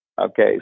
Okay